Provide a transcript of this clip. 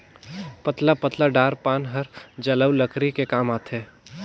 पतला पतला डार पान हर जलऊ लकरी के काम आथे